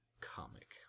comic